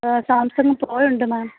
Samsung പ്രോയുണ്ട് മാം